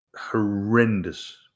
horrendous